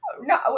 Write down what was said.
No